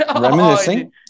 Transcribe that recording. Reminiscing